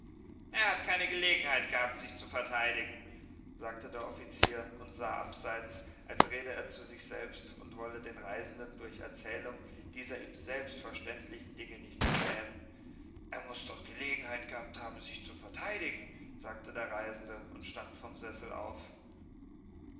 er hat keine gelegenheit gehabt sich zu verteidigen sagte der offizier und sah abseits als rede er zu sich selbst und wolle den reisenden durch erzählung dieser ihm selbstverständlichen dinge nicht beschämen er muß doch gelegenheit gehabt haben sich zu verteidigen sagte der reisende und stand vom sessel auf